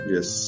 Yes